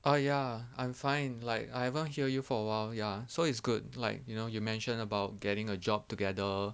uh ya I'm fine like I haven't hear you for awhile ya so it's good like you know you mentioned about getting a job together